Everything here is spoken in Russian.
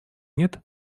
нет